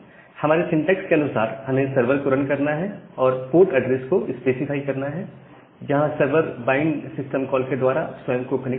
हमारे सिंटेक्स के अनुसार हमें सर्वर को रन करना है और पोर्ट एड्रेस को स्पेसिफाई करना है जहां सर्वर बाइंड सिस्टम कॉल के द्वारा स्वयं को कनेक्ट करेगा